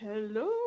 hello